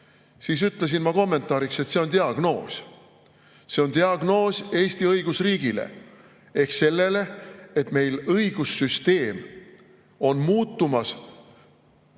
siis ütlesin ma kommentaariks, et see on diagnoos. See on diagnoos Eesti õigusriigile ehk sellele, et meil õigussüsteem on muutumas